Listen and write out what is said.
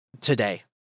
today